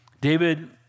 David